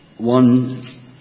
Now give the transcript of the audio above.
one